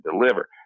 deliver